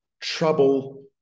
trouble